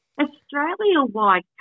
Australia-wide